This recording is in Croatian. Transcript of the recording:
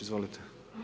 Izvolite.